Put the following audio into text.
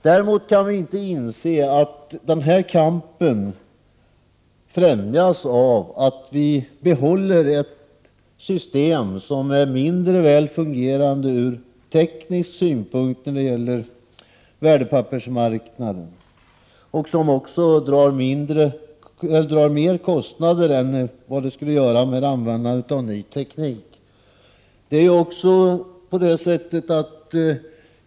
Däremot kan vi inte inse att denna kamp främjas av att vi behåller ett system som är mindre väl fungerande ur teknisk synpunkt när det gäller värdepappersmarknaden och som också drar mer kostnader än vad användandet av en ny teknik skulle göra.